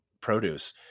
produce